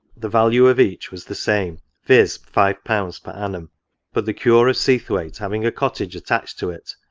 the value of each was the same, viz. five pounds per annum but the cure of seathwaite having a cottage attached to it,